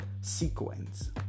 sequence